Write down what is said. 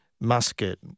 Musket